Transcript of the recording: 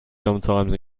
sometimes